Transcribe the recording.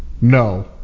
No